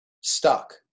stuck